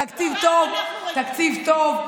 תקציב טוב,